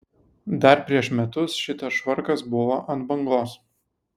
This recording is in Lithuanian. dar prieš metus šitas švarkas buvo ant bangos